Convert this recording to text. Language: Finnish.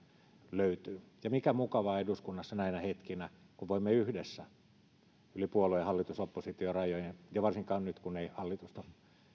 löytyy ja miten mukavaa on eduskunnassa näinä hetkinä kun voimme yli puolue ja hallitus oppositio rajojen ennen kaikkea yhdessä myös näitä korjauksia tehdä varsinkin nyt kun ei hallitusta